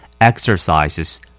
exercises